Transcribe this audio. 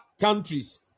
countries